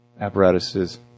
apparatuses